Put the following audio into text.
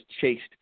chased